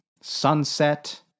sunset